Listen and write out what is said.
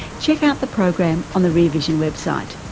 check out the program on the rear vision website.